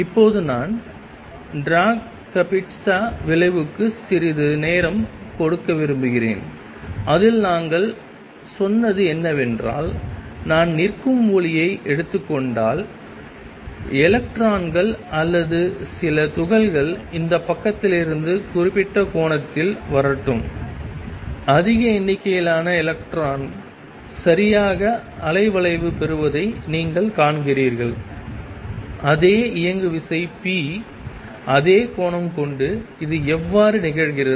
இப்போது நான் Dirac Kapitza விளைவுக்கு சிறிது நேரம் கொடுக்க விரும்புகிறேன் அதில் நாங்கள் சொன்னது என்னவென்றால் நான் நிற்கும் ஒளியை எடுத்துக்கொண்டால் எலக்ட்ரான்கள் அல்லது சில துகள்கள் இந்த பக்கத்திலிருந்து குறிப்பிட்ட கோணத்தில் வரட்டும் அதிக எண்ணிக்கையிலான எலக்ட்ரான் சரியாக அலைவளைவு பெறுவதை நீங்கள் காண்கிறீர்கள் அதே இயங்குவிசை p அதே கோணம் கொண்டு இது எவ்வாறு நிகழ்கிறது